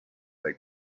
they